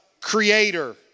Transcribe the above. creator